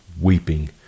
weeping